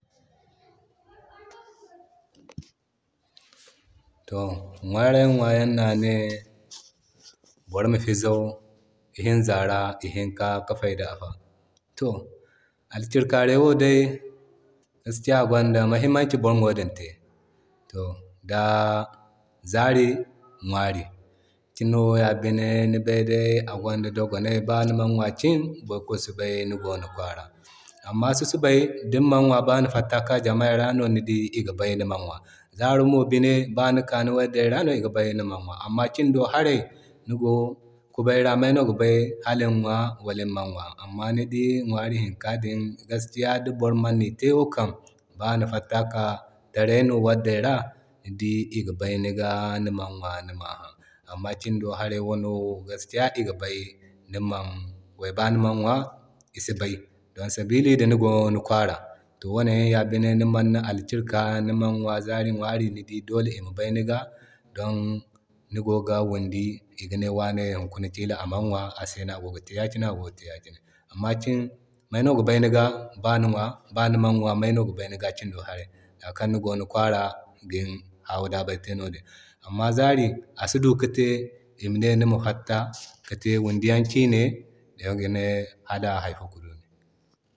To ŋwaro ŋwayan no ane boro ma fizag i hinza ra i hinka ka fanda a fa. To alkikaray wo dai gaskiya a gwanda mahimmanci boro ma wadin te da zari ŋwari, kino ya bin de ni bay day a gwanda dogonay. Ba ni man ŋwa ciin boro fo si bay ni go ni kwara. Amma susubay din man ŋwa ba ni fatta kika ni wadday ra ni dii iga bay niman ŋwa. Zaro mo binde za ni ka ni waddey ra no iga bay niman ŋwa. Amma cin ra ha ray ni go kubay ra may no ga bay ni ŋwa wala niman ŋwa. Amma ni dii ŋwari hinka din gaskiya di boro Mani te wo kay ba ni fatta kika taray ni wadday ra ni dii iga bay ni ga niman ŋwa. Amma cin do hara wo gaskiya ba niman ŋwa isi bay niga, don sabili da nigo ni kwara. To wane ya binde di niman na alkikaray ka mani ŋwa zari ŋwari ni di dole ima bay ni ga don ni goga windi iga ne wane hunkuna kila amana ŋwa ase no agogi te ya kine da ya kine. Amma ciin ba ni ŋwa ba niman ŋwa may no ga bay ni ga za kan nigo ni kwara kiŋ hawi daabay te. Amma zari asi du ki te ima ne nima fatta ki te windi yan kine iga ne hal hayfo ka du nin